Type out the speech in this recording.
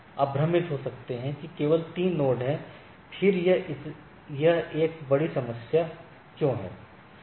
आप भ्रमित हो सकते हैं कि केवल तीन नोड हैं फिर यह एक बड़ी समस्या क्यों है